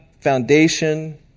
foundation